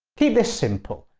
keep this simple.